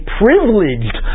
privileged